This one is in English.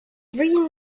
green